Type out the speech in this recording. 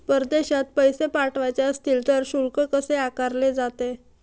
परदेशात पैसे पाठवायचे असतील तर शुल्क कसे आकारले जाते?